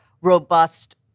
robust